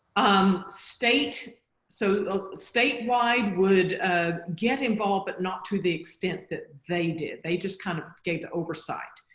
um state so statewide would ah get involved but not to the extent that they did they just kind of gave the oversight.